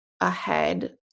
ahead